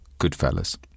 Goodfellas